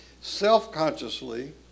self-consciously